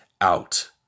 out